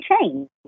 change